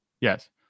Yes